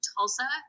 Tulsa